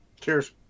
cheers